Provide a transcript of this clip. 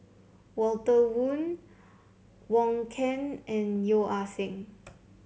Walter Woon Wong Keen and Yeo Ah Seng